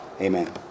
Amen